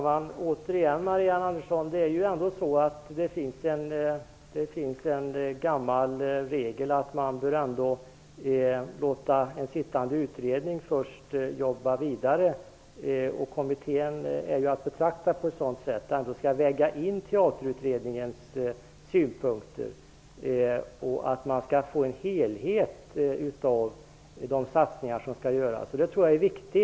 Herr talman! Det finns en gammal regel att man bör låta en sittande utredning jobba vidare, Marianne Andersson, och kommittén är att betrakta som sådan. Den skall ändå väga in Teaterutredningens synpunkter. Man skall få en helhetsbild av de satsningar som skall göras. Jag tror att det är viktigt.